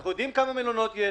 אנחנו יודעים איזה מלונות יש,